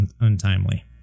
untimely